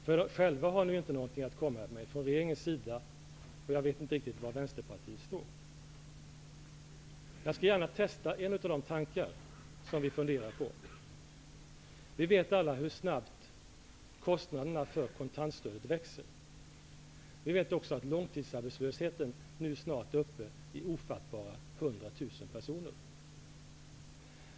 Från regeringens sida har man ju ingenting att komma med, och jag vet inte riktigt var Jag vill testa en av de tankar som vi funderar på. Vi vet alla hur snabbt kostnaderna för kontantstödet växer. Vi vet också att långtidsarbetslösheten nu snart är uppe i ofattbara 100 000 personer.